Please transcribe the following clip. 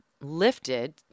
lifted